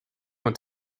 want